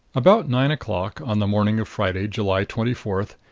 about nine o'clock on the morning of friday, july twenty-fourth,